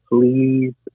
please